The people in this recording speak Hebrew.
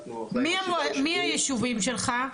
מי הישובים שלך?